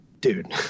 Dude